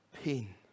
pain